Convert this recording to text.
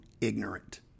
ignorant